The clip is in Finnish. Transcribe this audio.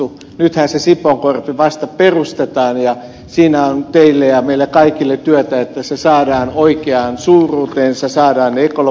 nythän se sipoonkorpi vasta perustetaan ja siinä on teille ja meille kaikille työtä että se saadaan oikeaan suuruuteensa saadaan ne ekologiset käytävät